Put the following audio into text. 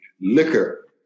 Liquor